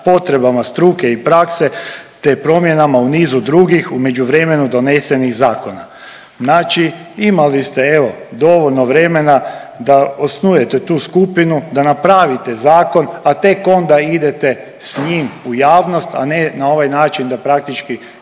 potrebama struke i prakse te promjenama u nizu drugih, u međuvremenu donesenih zakona. Znači imali ste, evo, dovoljno vremena da osnujete tu skupinu, da napravite zakon, a tek onda idete s njim u javnost, a ne na ovaj način da praktički